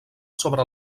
sobre